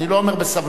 אני לא אומר בסבלנות,